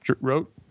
wrote